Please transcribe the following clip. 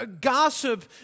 Gossip